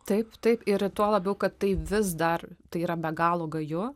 taip taip ir tuo labiau kad tai vis dar tai yra be galo gaju